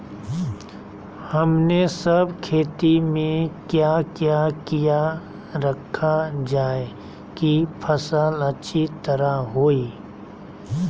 हमने सब खेती में क्या क्या किया रखा जाए की फसल अच्छी तरह होई?